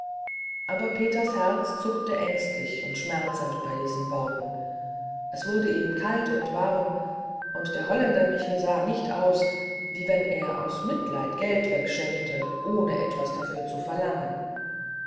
aber peters herz zuckte ängstlich und schmerzhaft bei diesen worten es wurde ihm kalt und warm und der holländer michel sah nicht aus wie wenn er aus mitleid geld wegschenkte ohne etwas dafür zu verlangen